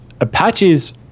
Apache's